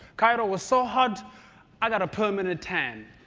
cairo was so hot i got a permanent tan.